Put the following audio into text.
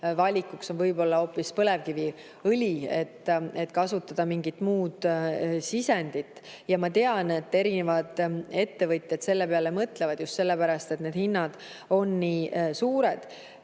valikuks on võib-olla hoopis põlevkiviõli, kui soovitakse kasutada mingit muud sisendit. Ja ma tean, et erinevad ettevõtjad selle peale mõtlevad, just sellepärast, et hinnad on nii kõrged.